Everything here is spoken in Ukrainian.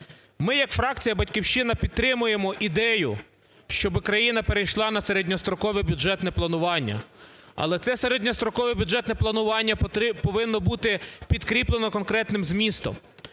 Ми, як фракція "Батьківщина", підтримуємо ідею, щоб країна перейшла на середньострокове бюджетне планування. Але це середньострокове бюджетне планування повинно бути підкріплено конкретним змістом.